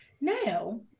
Now